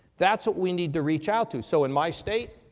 that's what we need to reach out to. so in my state,